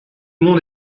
monde